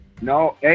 No